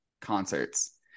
concerts